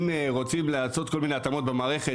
אם רוצים לעשות כל מיני התאמות במערכת,